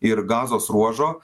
ir gazos ruožo